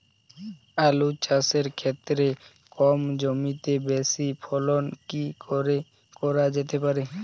আলু চাষের ক্ষেত্রে কম জমিতে বেশি ফলন কি করে করা যেতে পারে?